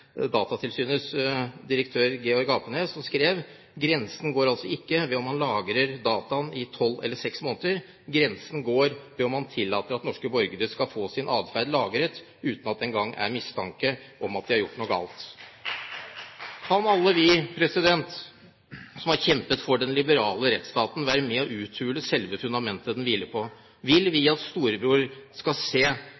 Datatilsynets direktør Georg Apenes, som skrev: «Grensen går ikke ved om man lagrer dataene i 12 eller 6 måneder. Grensen går ved at man tillater at norske borgere skal få sin adferd lagret uten at det engang er mistanke om at de har gjort noe galt.» Kan alle vi som har kjempet for den liberale rettsstaten være med og uthule selve fundamentet den hviler på? Vil vi